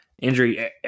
injury